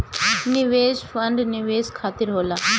निवेश फंड निवेश खातिर होला